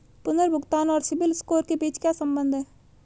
पुनर्भुगतान और सिबिल स्कोर के बीच क्या संबंध है?